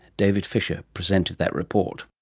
david fisher presented that report